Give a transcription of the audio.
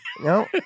No